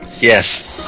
yes